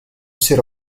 seat